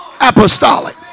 apostolic